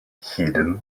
hidden